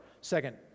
second